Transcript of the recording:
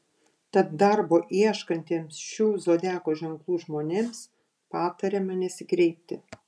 tad darbo ieškantiems šių zodiako ženklų žmonėms patariama nesikreipti